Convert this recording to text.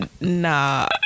Nah